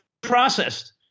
processed